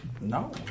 no